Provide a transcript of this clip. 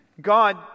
God